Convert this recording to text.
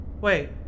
Wait